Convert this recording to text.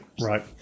right